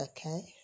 Okay